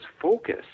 focus